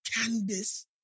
Candice